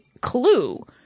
clue